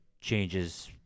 changes